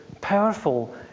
powerful